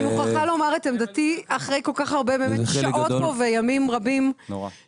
אני מוכרחה לומר את עמדתי אחרי כל כך הרבה באמת שעות פה וימים רבים של